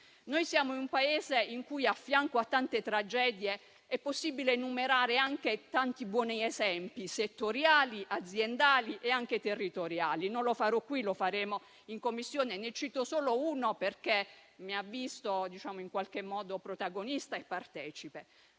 Siamo in un Paese in cui, accanto a tante tragedie, è possibile enumerare anche tanti buoni esempi settoriali, aziendali e anche territoriali. Non lo farò qui, lo faremo in Commissione, ma ne cito solo uno perché mi ha visto in qualche modo protagonista e partecipe: